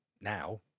now